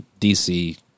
DC